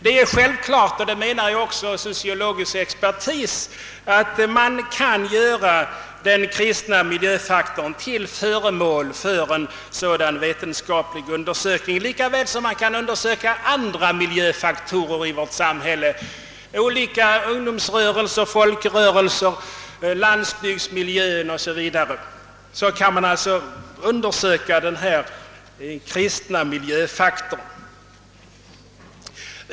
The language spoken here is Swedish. Det är självklart — och det menar också sociologisk expertis — att man kan göra den kristna miljöfaktorn till föremål för en vetenskaplig undersökning. Lika väl som man kan undersöka andra miljöfaktorer i vårt samhälle — olika ungdomsrörelser, folkrörelser, landsbygsmiljöer o.s.v. — kan man undersöka den kristna miljöfaktorn.